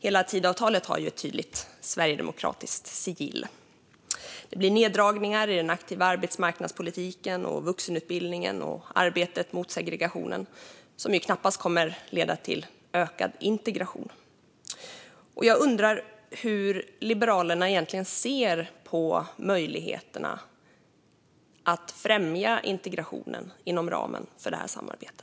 Hela Tidöavtalet har ett tydligt sverigedemokratiskt sigill. Det blir neddragningar i den aktiva arbetsmarknadspolitiken, i vuxenutbildningen och i arbetet mot segregationen, något som knappast kommer att leda till ökad integration. Jag undrar hur Liberalerna egentligen ser på möjligheterna att främja integrationen inom ramen för detta samarbete.